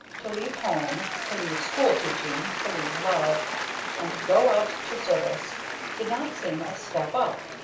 to leave home to leave school-teaching, to leave love and go out to service did not seem a step up,